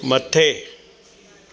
मथे